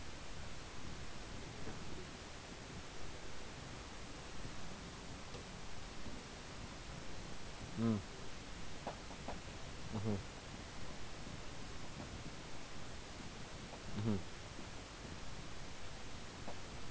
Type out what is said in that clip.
mm mmhmm mmhmm